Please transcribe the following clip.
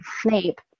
Snape